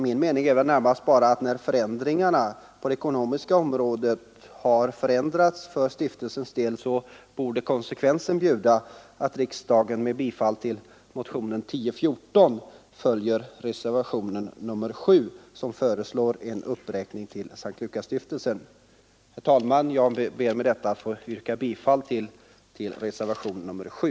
När de ekonomiska förutsättningarna för stiftelsen har förändrats, borde dock konsekvensen bjuda att riksdagen med bifall till motionen 1014 följer reservationen 7, i vilken föreslås en uppräkning av bidraget till S:t Lukasstiftelsen. Herr talman! Jag ber med detta att få yrka bifall till reservationen 7.